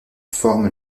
forme